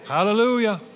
Hallelujah